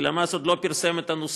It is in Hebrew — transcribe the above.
כי למ"ס עוד לא פרסם את הנוסחה,